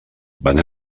van